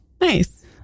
Nice